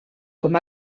com